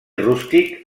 rústic